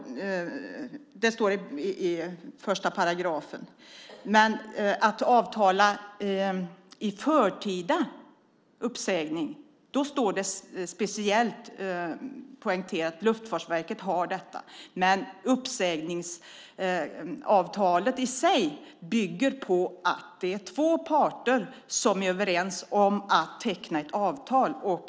Det står i 1 §. När det gäller att avtala om förtida uppsägning står det speciellt poängterat att Luftfartsverket har detta, men uppsägningsavtalet i sig bygger på att det är två parter som är överens om att teckna ett avtal.